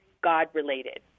God-related